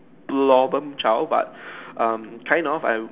problem child but um kind of I